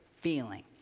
feeling